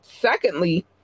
secondly